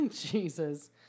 Jesus